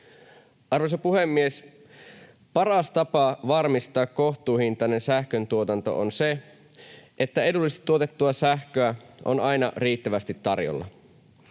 Arvoisa puhemies! Paras tapa varmistaa kohtuuhintainen sähköntuotanto on se, että edullisesti tuotettua sähköä on aina riittävästi tarjolla.